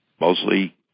mostly